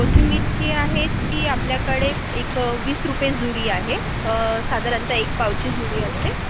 कोथिंबीर जी आहे ती आपल्याकडे एक वीस रुपये जुडी आहे साधारणतः एक पावची जुडी असते